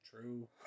True